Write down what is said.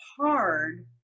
hard